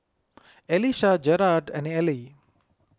Elisha Jerad and Ellie